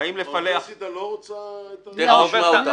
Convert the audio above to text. כשבאים לפלח --- והאוניברסיטה לא רוצה את ה --- תיכף נשמע אותה.